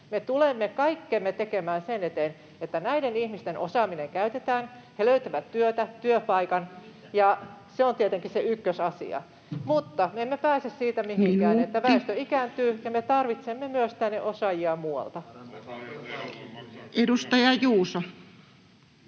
Me tulemme kaikkemme tekemään sen eteen, että näiden ihmisten osaaminen käytetään, he löytävät työtä, työpaikan, ja se on tietenkin se ykkösasia. Mutta me emme pääse siitä mihinkään, [Puhemies: Minuutti!] että väestö ikääntyy, ja me tarvitsemme tänne osaajia myös muualta. Edustaja Juuso.